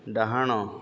ଡାହାଣ